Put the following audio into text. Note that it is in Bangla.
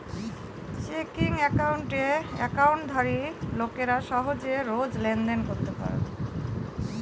চেকিং একাউণ্টে একাউন্টধারী লোকেরা সহজে রোজ লেনদেন করতে পারবে